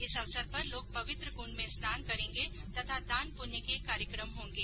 इस अवसर पर लोग पवित्र कुण्ड में स्नान करेंगे तथा दानपुण्य के कार्यक्रम होंगें